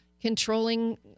controlling